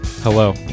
Hello